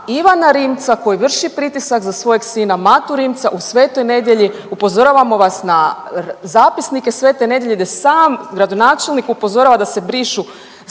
Ivana Rimca koji vrši pritisak za svojeg sina Matu Rimca u Svetoj Nedjelji, upozoravamo vas na zapisnike Svete Nedjelje gdje sam gradonačelnik upozorava da se brišu